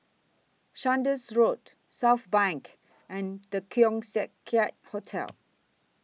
Saunders Road Southbank and The Keong Hotel